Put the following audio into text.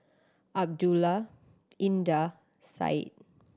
Abdullah Indah Syed